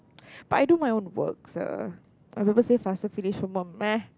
but I do my own work so my father say faster finish homework meh